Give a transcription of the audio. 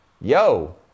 yo